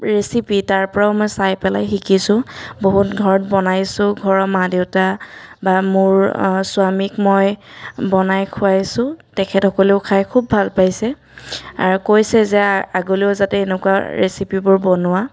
recipe তাৰ পৰাও মই চাই পেলাই শিকিছোঁ বহুত ঘৰত বনাইছোঁ ঘৰৰ মা দেউতা বা মোৰ স্বামীক মই বনাই খুৱাইছোঁ তেখেতসকলেও খাই খুব ভাল পাইছে আৰু কৈছে যে আগলৈও যাতে এনেকুৱা ৰেচিপিবোৰ বনোৱা